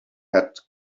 had